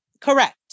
Correct